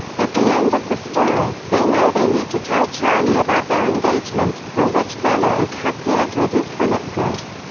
at the end of the story, they know they need to tell charlie about their engagement, for which bella is happy edward is bulletproof.